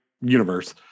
universe